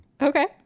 Okay